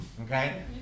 okay